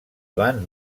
van